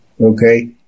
okay